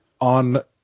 on